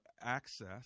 access